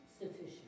sufficient